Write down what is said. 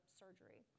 surgery